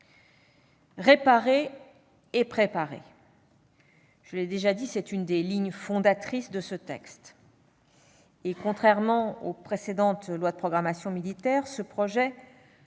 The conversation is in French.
Réparer et préparer : je l'ai déjà dit, c'est l'une des lignes fondatrices de ce texte. Contrairement aux précédentes lois de programmation militaire, ce projet